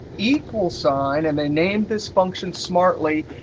equals sign, and they named this function smartly,